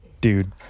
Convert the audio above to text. Dude